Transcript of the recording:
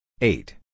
Eight